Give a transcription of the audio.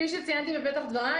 שציינתי בפתח דבריי,